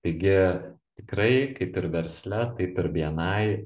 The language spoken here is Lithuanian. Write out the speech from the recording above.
taigi tikrai kaip ir versle taip ir bni